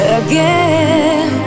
again